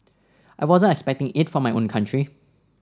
I wasn't expecting it from my own country